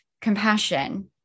compassion